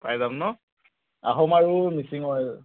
পাই যাম ন আহোম আৰু মিচিং অইল